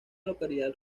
localidad